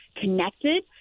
connected